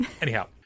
anyhow